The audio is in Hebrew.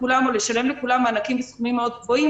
כולם או לשלם לכולם מענקים בסכומים מאוד גבוהים.